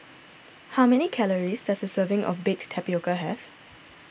how many calories does a serving of Baked Tapioca have